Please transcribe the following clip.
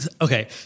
Okay